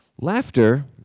Laughter